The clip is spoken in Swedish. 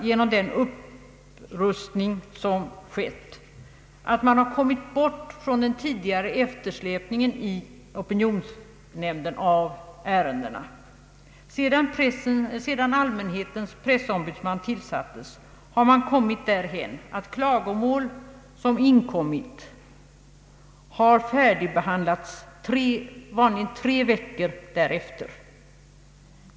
Genom den upprustning som skett har den tidigare eftersläpningen av ärenden i opinionsnämnden upphört. Sedan allmänhetens pressombudsman tillsattes har man kommit därhän att klagomål som inkommit till nämnden vanligen har färdigbehandlats tre veckor därefter.